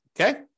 Okay